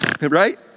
right